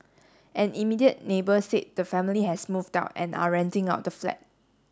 an immediate neighbour said the family has moved down and are renting out the flat